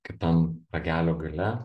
kitam ragelio gale